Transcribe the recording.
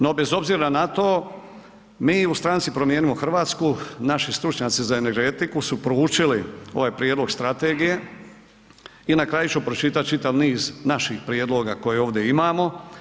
No bez obzira na to, mi u stranci Promijenimo Hrvatsku, naši stručnjaci za energetiku su proučili ovaj prijedlog strategije i na kraju ću pročitati čitav niz naših prijedloga koje ovdje imamo.